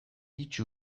itsu